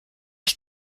ich